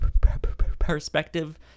perspective